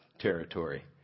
territory